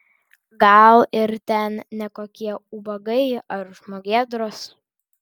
gal ir ten ne kokie ubagai ar žmogėdros